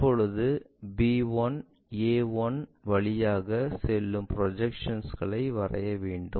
இப்பொழுது b1 a1 வழியாக செல்லும் ப்ரொஜெக்டர்களை வரைய வேண்டும்